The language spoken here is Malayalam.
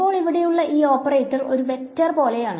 ഇപ്പോൾ ഇവിടെയുള്ള ഈ ഓപ്പറേറ്റർ ഒരു വെക്റ്റർ പോലെയാണ്